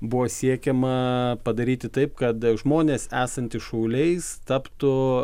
buvo siekiama padaryti taip kad žmonės esantys šauliais taptų